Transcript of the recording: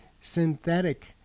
Synthetic